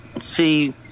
See